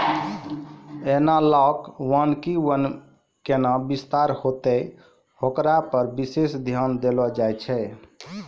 एनालाँक वानिकी वन कैना विस्तार होतै होकरा पर विशेष ध्यान देलो जाय छै